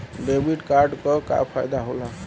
Debit card क का फायदा हो ला?